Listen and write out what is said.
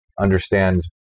understand